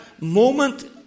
moment